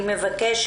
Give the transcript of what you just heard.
גברתי, אני מבקש